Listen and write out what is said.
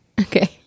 Okay